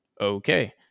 okay